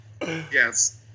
yes